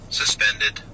suspended